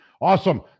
Awesome